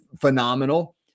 phenomenal